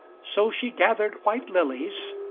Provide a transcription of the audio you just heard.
so she gathered white lilies,